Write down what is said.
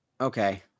okay